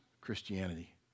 Christianity